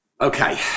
Okay